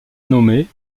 nommée